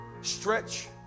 Stretch